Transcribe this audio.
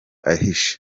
ahishe